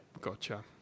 gotcha